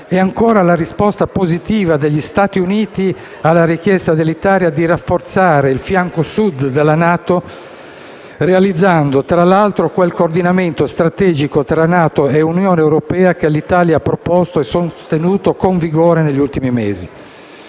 e la risposta positiva degli Stati Uniti alla richiesta dell'Italia di rafforzare il fianco Sud della NATO, realizzando tra l'altro quel coordinamento strategico tra NATO e Unione europea che l'Italia ha proposto e sostenuto con vigore negli ultimi mesi.